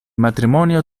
matrimonio